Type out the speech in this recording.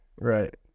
Right